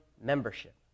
membership